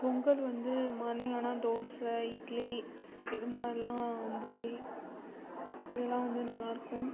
பொங்கல் வந்து மார்னிங் ஆனால் தோசை இட்லி இது மாதிரிலாம் பூரி இதெல்லாம் வந்து நல்லா இருக்கும்